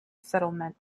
settlement